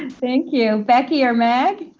and thank you. becky or meg?